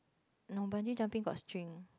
no Bungee jumping got string